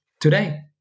today